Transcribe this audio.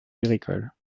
agricole